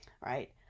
Right